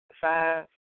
five